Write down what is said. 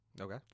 Okay